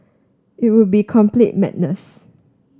it would be complete madness